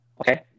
okay